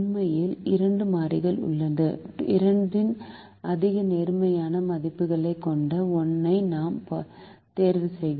உண்மையில் 2 மாறிகள் உள்ளன 2 இன் அதிக நேர்மறையான மதிப்பைக் கொண்ட 1 ஐ நாம் தேர்வு செய்கிறோம்